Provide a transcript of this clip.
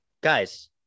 Guys